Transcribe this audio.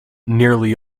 nearly